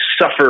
suffer